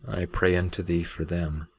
i pray unto thee for them,